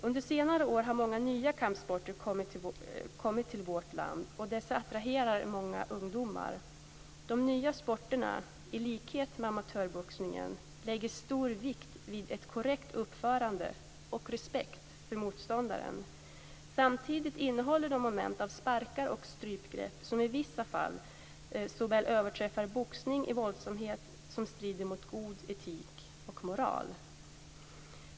Under senare år har många nya kampsporter kommit till vårt land, och dessa attraherar många ungdomar. De nya sporterna, i likhet med amatörboxningen, lägger stor vikt vid ett korrekt uppförande och respekt för motståndaren. Samtidigt innehåller de moment av sparkar och strypgrepp som i vissa fall såväl överträffar boxning i våldsamhet som strider mot god etik och moral.